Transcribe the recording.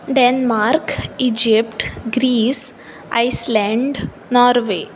Denmark Egypt Greece Iceland Norway